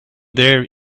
there